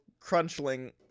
crunchling